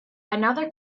another